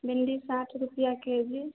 भिंडी साठ रुपये के जी